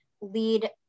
lead